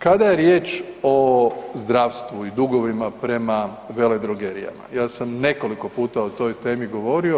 Kada je riječ o zdravstvu i dugovima prema veledrogerijama, ja sam nekoliko puta o toj temi govorio.